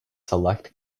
select